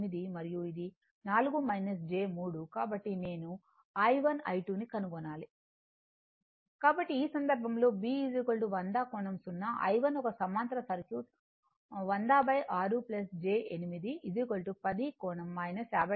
కాబట్టి నేను I1 I2 ను కనుగొనాలి కాబట్టి ఈ సందర్భంలో b 100 కోణం 0 I1 ఒక సమాంతర సర్క్యూట్ 100 6 j 8 10 కోణం 53